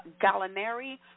Gallinari